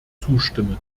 zustimmen